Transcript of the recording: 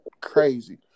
crazy